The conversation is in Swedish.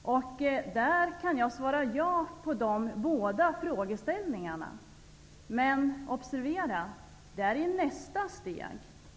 Jag kan svara ja på de båda frågorna. Men observera: det är fråga om nästa steg.